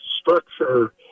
structure